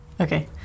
Okay